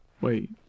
Wait